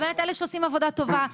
באמת אלה שעושים עבודה טובה.